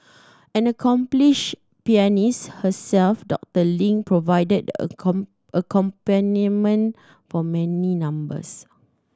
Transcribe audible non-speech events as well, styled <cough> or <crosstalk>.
an accomplished pianist herself Doctor Ling provided the <unintelligible> accompaniment for many numbers